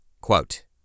Quote